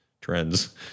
trends